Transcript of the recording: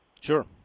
Sure